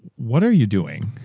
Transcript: what are you doing?